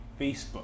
Facebook